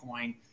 Bitcoin